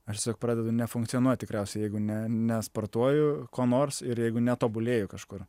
aš tiesiog pradedu nefunkcionuot tikriausiai jeigu ne nesportuoju kuo nors ir jeigu netobulėju kažkur